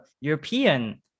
European